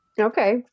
Okay